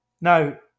Now